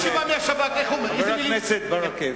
חבר הכנסת ברכה,